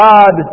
God